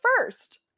first